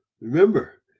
remember